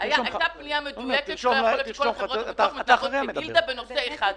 הייתה פנייה מדויקת שכל חברות הביטוח מתנהלות כגילדה בנושא אחד.